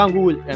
Google